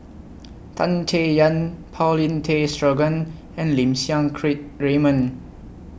Tan Chay Yan Paulin Tay Straughan and Lim Siang Keat Raymond